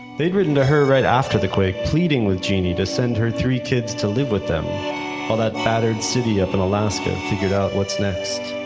they'd written to her right after the quake, pleading with genie to send her three kids to live with them while that battered city up in alaska and figured out what's next.